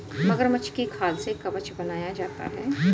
मगरमच्छ की खाल से कवच बनाया जाता है